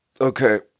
Okay